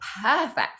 perfect